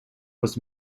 was